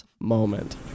moment